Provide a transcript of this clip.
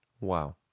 Wow